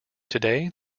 today